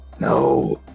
No